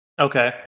Okay